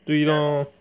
对 lor